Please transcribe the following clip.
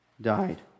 died